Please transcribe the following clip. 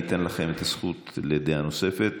ואני אתן לכם את הזכות לדעה נוספת.